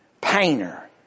painter